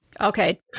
Okay